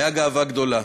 הייתה גאווה גדולה.